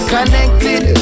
Connected